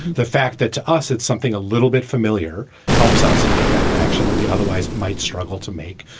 the fact that to us it's something a little bit familiar helps us make that connection that we otherwise might struggle to make.